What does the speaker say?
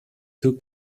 two